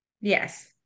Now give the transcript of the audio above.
yes